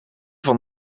van